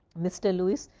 mr. lewis,